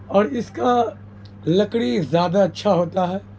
اور اس کا لکڑی زیادہ اچھا ہوتا ہے